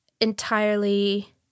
entirely